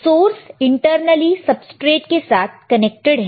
source internally substrate के साथ connected है